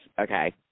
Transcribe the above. okay